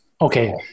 okay